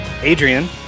Adrian